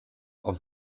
auf